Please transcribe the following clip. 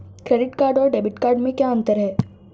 Credit card और debit card में क्या अंतर है?